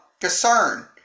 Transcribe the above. concern